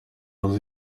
amazu